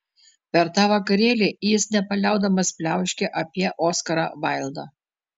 per tą vakarėlį jis nepaliaudamas pliauškė apie oskarą vaildą